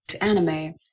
anime